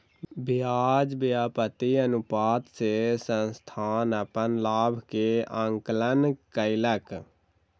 ब्याज व्याप्ति अनुपात से संस्थान अपन लाभ के आंकलन कयलक